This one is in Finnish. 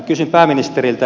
kysyn pääministeriltä